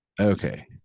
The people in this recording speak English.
Okay